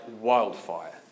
wildfire